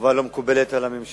כמובן לא מקובלת על הממשלה.